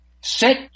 Set